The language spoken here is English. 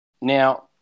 now